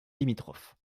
limitrophes